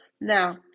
now